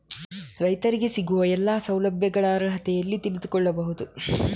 ರೈತರಿಗೆ ಸಿಗುವ ಎಲ್ಲಾ ಸೌಲಭ್ಯಗಳ ಅರ್ಹತೆ ಎಲ್ಲಿ ತಿಳಿದುಕೊಳ್ಳಬಹುದು?